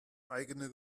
eigene